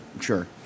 Sure